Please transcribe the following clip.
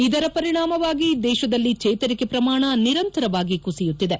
ಇದರ ಪರಿಣಾಮವಾಗಿ ದೇಶದಲ್ಲಿ ಚೇತರಿಕೆ ಪ್ರಮಾಣ ನಿರಂತರವಾಗಿ ಕುಸಿಯುತ್ನಿದೆ